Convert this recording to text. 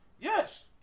Yes